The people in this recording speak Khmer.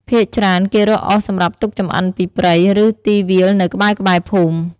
ភាគច្រើន គេរកអុសសម្រាប់ទុកចម្អិនពីព្រៃ ឬ ទីវាលនៅក្បែរៗភូមិ។